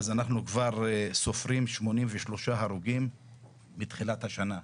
אנחנו כבר סופרים 83 הרוגים מתחילת השנה,